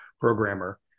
programmer